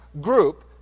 group